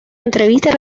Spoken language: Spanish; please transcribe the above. entrevistas